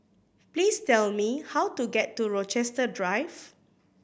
please tell me how to get to Rochester Drive